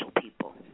people